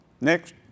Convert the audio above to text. Next